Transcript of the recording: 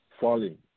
falling